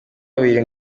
abiri